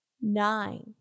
Nine